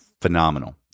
phenomenal